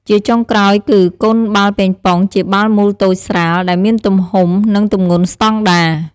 ជាចុងក្រោយគឺ កូនបាល់ប៉េងប៉ុង ជាបាល់មូលតូចស្រាល ដែលមានទំហំ និងទម្ងន់ស្តង់ដារ។